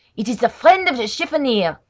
it is the friend of the chiffonier!